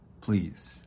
Please